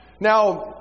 Now